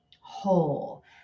whole